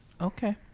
Okay